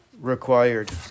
required